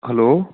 hello